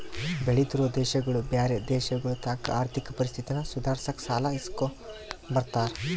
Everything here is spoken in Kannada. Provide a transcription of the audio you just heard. ಬೆಳಿತಿರೋ ದೇಶಗುಳು ಬ್ಯಾರೆ ದೇಶಗುಳತಾಕ ಆರ್ಥಿಕ ಪರಿಸ್ಥಿತಿನ ಸುಧಾರ್ಸಾಕ ಸಾಲ ಇಸ್ಕಂಬ್ತಾರ